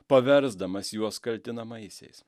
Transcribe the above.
paversdamas juos kaltinamaisiais